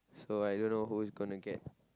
so I don't know who is going to get